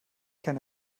kann